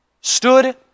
stood